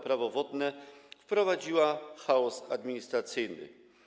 Prawo wodne wprowadziła chaos administracyjny.